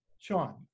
Sean